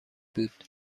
بود